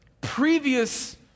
previous